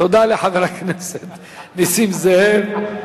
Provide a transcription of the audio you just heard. תודה לחבר הכנסת נסים זאב.